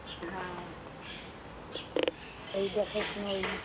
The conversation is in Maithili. हँ देखै सुनै अएली